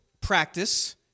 practice